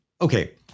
Okay